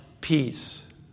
peace